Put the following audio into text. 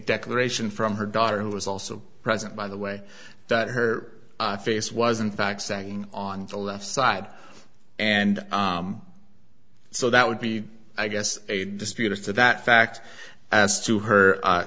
declaration from her daughter who was also present by the way that her face was in fact saying on the left side and so that would be i guess a dispute as to that fact as to her